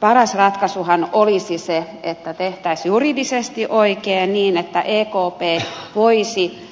paras ratkaisuhan olisi se että tehtäisiin juridisesti oikein niin että ekp voisi